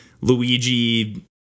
luigi